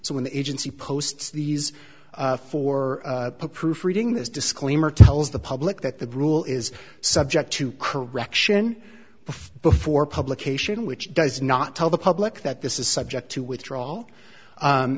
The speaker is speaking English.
so when the agency posts these for proofreading this disclaimer tells the public that the rule is subject to correction before before publication which does not tell the public that this is subject to withdraw